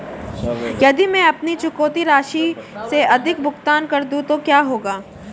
यदि मैं अपनी चुकौती राशि से अधिक भुगतान कर दूं तो क्या होगा?